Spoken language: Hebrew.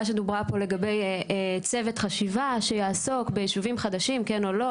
שדוברה פה לגבי צוות חשיבה שיעסוק בישובים חדשים כן או לא,